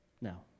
now